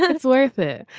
it's worth it.